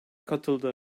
katıldı